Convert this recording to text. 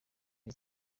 iri